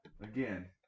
Again